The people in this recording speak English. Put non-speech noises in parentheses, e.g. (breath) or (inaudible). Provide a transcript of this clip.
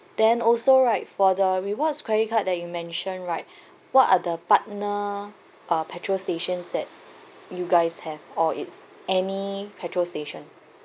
then also right for the rewards credit card that you mention right (breath) what are the partner uh petrol stations that you guys have or it's any petrol station